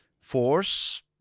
force